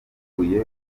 iguye